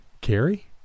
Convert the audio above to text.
Carrie